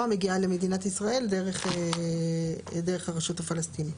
מגיעה למדינת ישראל דרך הרשות הפלסטינית.